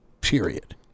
period